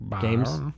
games